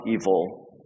evil